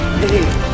hey